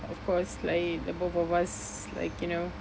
of course like the both of us like you know